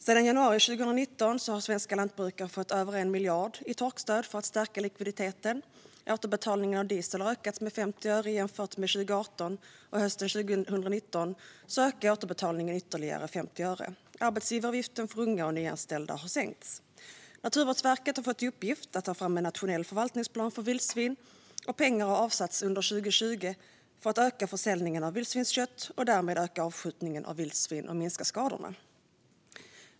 Sedan januari 2019 har svenska lantbrukare fått över 1 miljard i torkstöd för att stärka likviditeten. Återbetalningen av diesel har ökats med 50 öre jämfört med 2018, och hösten 2019 ökade återbetalningen ytterligare 50 öre. Arbetsgivaravgiften för unga och nyanställda har sänkts. Naturvårdsverket har fått i uppgift att ta fram en nationell förvaltningsplan för vildsvin, och pengar har avsatts under 2020 för att öka försäljningen av vildsvinskött och därmed öka avskjutningen av vildsvin och minska skadorna.